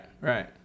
right